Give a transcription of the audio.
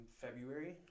February